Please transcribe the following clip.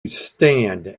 stand